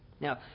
Now